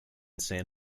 san